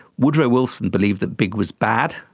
woodrow wilson believed that big was bad.